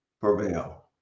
prevail